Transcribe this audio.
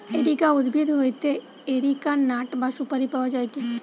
areca উদ্ভিদ হইতে areca nut বা সুপারি পাওয়া যায়টে